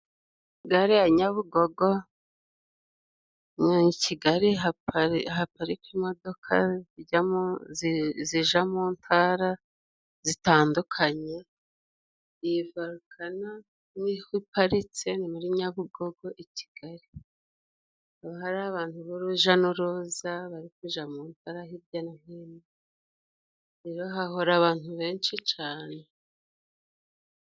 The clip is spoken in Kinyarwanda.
Gare ya nyabugogo ni i kigali haparika imodoka zijyamu zija mu ntara zitandukanye i valkana niho iparitse ni muri nyabugogo i kigali. Bahari abantu b'uruja n'uruza barikuja muntara hija no hino. rero hahora abantu benshi cane.